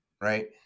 right